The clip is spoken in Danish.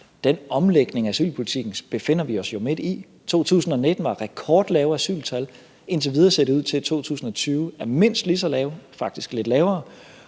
den omlægning af asylpolitikken. I 2019 var der rekordlave asyltal, indtil videre ser det ud til, at de i 2020 er mindst lige så lave, faktisk lidt lavere.